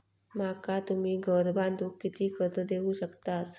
माका तुम्ही घर बांधूक किती कर्ज देवू शकतास?